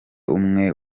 umwe